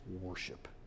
worship